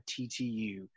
TTU